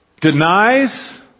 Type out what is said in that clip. denies